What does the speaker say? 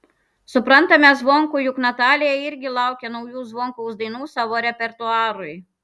suprantame zvonkų juk natalija irgi laukia naujų zvonkaus dainų savo repertuarui